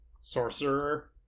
sorcerer